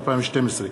דב חנין ואיציק שמולי,